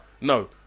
No